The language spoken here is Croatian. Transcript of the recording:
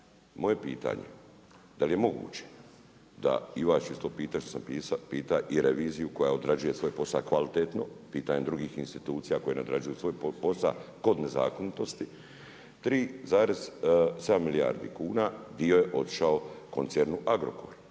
je pitanje da li je moguće i vas ću isto pitati što sam pita i reviziju koja odrađuje svoj posao kvalitetno, pitanje drugih institucija koje ne odrađuju posa kod nezakonitosti. 3,7 milijardi kuna dio je otišao koncernu Agrokor.